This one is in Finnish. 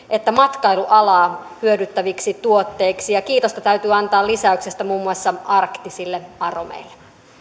että matkailualaa hyödyttäviksi tuotteiksi ja kiitosta täytyy antaa lisäyksestä muun muassa arktisille aromeille